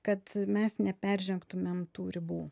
kad mes neperžengtumėm tų ribų